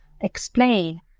explain